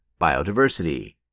biodiversity